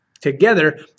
together